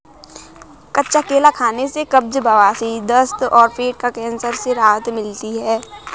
कच्चा केला खाने से कब्ज, बवासीर, दस्त और पेट का कैंसर से राहत मिलता है